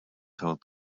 told